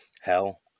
Hell